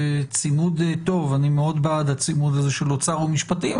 זה צימוד טוב ואני מאוד בעד הצימוד הזה של אוצר ומשפטים,